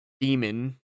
demon